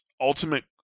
ultimate